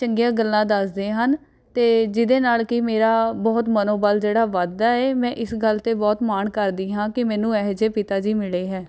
ਚੰਗੀਆਂ ਗੱਲਾਂ ਦੱਸਦੇ ਹਨ ਅਤੇ ਜਿਹਦੇ ਨਾਲ ਕਿ ਮੇਰਾ ਬਹੁਤ ਮਨੋਬਲ ਜਿਹੜਾ ਵੱਧਦਾ ਹੈ ਮੈਂ ਇਸ ਗੱਲ ਅਤੇ ਬਹੁਤ ਮਾਣ ਕਰਦੀ ਹਾਂ ਕਿ ਮੈਨੂੰ ਇਹੋ ਜਿਹੇ ਪਿਤਾ ਜੀ ਮਿਲੇ ਹੈ